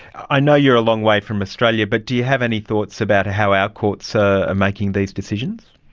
i know you're a long way from australia, but do you have any thoughts about how our courts ah making these decisions?